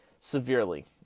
severely